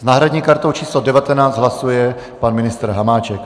S náhradní kartou číslo 19 hlasuje pan ministr Hamáček.